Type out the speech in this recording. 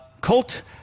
Colt